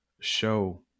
show